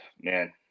man